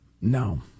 No